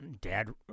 Dad